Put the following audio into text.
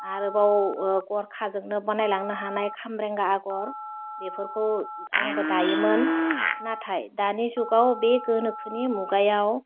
आरोबाव गरखाजोंनो बानायलांनो हानाय खामब्रेंगा आग'र बेफोरखौ आंबो दायोमोन नाथाइ दानि जुगाव बे गोनोखोनि मुगायाव